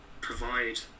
provide